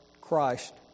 Christ